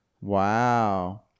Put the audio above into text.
wow